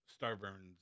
Starburn's